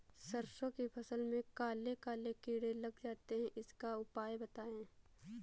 सरसो की फसल में काले काले कीड़े लग जाते इसका उपाय बताएं?